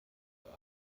ihre